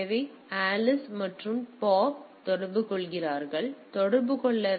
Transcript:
எனவே ஆலிஸ் மற்றும் பாப் தொடர்பு கொள்கிறார்கள் எனவே தொடர்பு கொள்ள